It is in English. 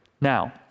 Now